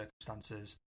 circumstances